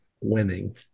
winning